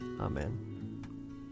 Amen